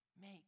Make